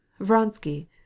vronsky